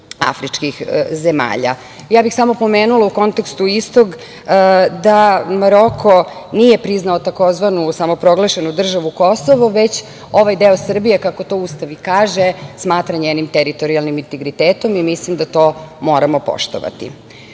afričkih zemalja. Samo bih pomenula u kontekstu istog da Maroko nije priznao tzv. samo proglašenu državu Kosovo, već ovaj deo Srbije, kako to Ustav i kaže, smatra njenim teritorijalnim integritetom. Mislim da to moramo poštovati. Što